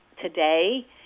today